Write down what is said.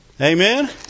Amen